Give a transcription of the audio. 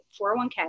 401k